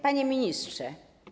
Panie Ministrze!